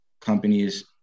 companies